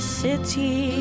city